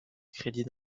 crédit